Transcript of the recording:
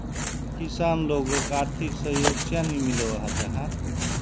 किसान लोगोक आर्थिक सहयोग चाँ नी मिलोहो जाहा?